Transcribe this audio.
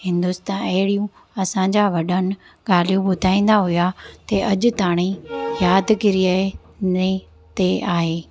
हिंदुस्तां अहिड़ियूं असांजा वॾनि ॻाल्हियूं ॿुधाईंदा हुया ते अॼु ताणी यादगिरीअ ए ने ते आहे